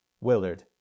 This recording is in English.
Willard